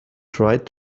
tried